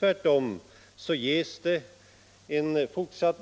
alls något steg mot en samordnad jakt.